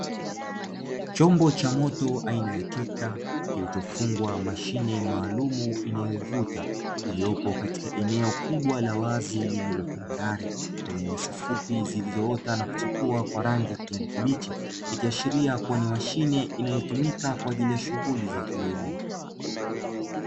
Chumba cha moto aina ya trekta kilichofungwa mashine maalumu inayovuta, iliopo katika eneo kubwa la wazi lililotambarare lenye nyasi fupi zilizoota na kuchipua kwa rangi ya kijani kibichi. Ikiashiria kuwa ni mashine inayotumika kwa ajili ya shughuli za kilimo.